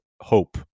Hope